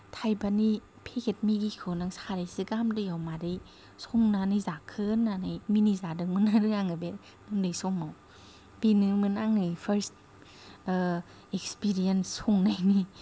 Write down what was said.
थायबानि फेकेट मेगिखौ नों सारायसे गाहाम दैयाव मारै संनानै जाखो होननानै मिनिजादोंमोन आरो आङो बे उन्दै समाव बेनोमोन आंनि फारस्ट इक्सपेरिएन्स संनायनि